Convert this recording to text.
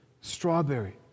strawberry